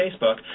Facebook